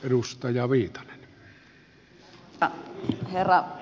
arvoisa herra puhemies